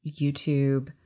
YouTube